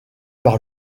par